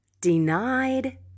denied